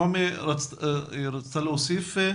נעמי רצתה להוסיף?